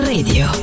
Radio